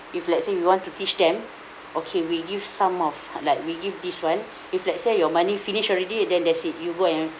if let's say you want to teach them okay we give sum of like we give this one if let's say your money finish already then that's it you go and